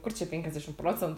kur čia penkiasdešim procentų